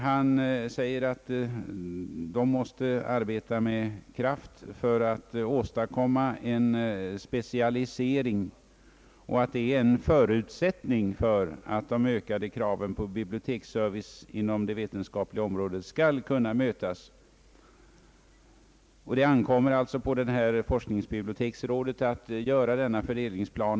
Han anför att man måste arbeta med kraft för att åstadkomma specialisering och att det är en förutsättning för att de ökade kraven på biblioteksservice inom det vetenskapliga området skall kunna mötas. Det ankommer således på detta forskningsbiblioteksråd att upprätta denna fördelningsplan.